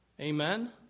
Amen